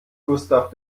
gustav